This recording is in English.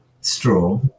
straw